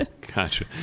Gotcha